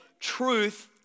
truth